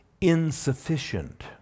insufficient